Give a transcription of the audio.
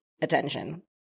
attention